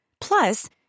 Plus